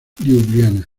liubliana